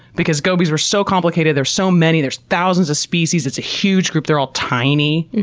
because gobies are so complicated there are so many there's thousands of species it's a huge group they're all tiny.